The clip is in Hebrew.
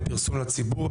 בפרסום לציבור,